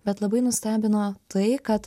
bet labai nustebino tai kad